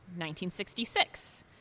1966